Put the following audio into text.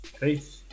Peace